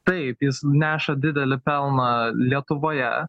taip jis neša didelį pelną lietuvoje